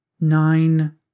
nine